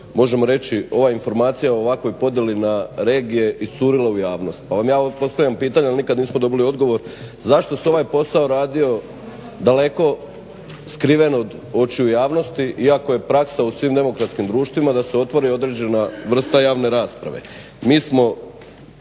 možemo reći ova informacija o ovakvoj podjeli na regije iscurilo u javnost pa vam ja ovdje postavljam pitanje, ali nikad nismo dobili odgovor zašto se ovaj posao radio daleko skriven od očiju javnosti iako je praksa u svim demokratskim društvima da se otvori određena vrsta javne rasprave.